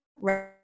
right